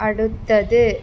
അടുത്തത്